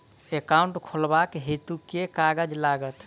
Account खोलाबक हेतु केँ कागज लागत?